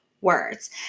Words